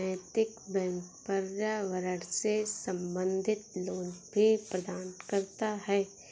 नैतिक बैंक पर्यावरण से संबंधित लोन भी प्रदान करता है